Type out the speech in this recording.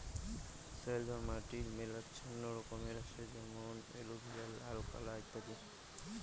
soil বা মাটি মেলাচ্ছেন রকমের হসে যেমন এলুভিয়াল, নাল, কাল ইত্যাদি